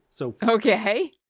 Okay